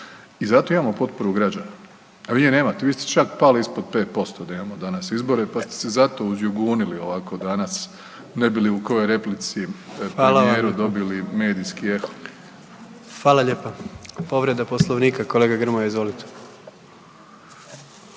I zato imamo potporu građana, a vi je nemate. Vi ste čak pali ispod 5% da imamo danas izbore, pa ste se zato uzjugunili ovako danas ne bi li u kojoj replici premijeru dobili medijski … /ne razumije se/… **Jandroković, Gordan (HDZ)** Hvala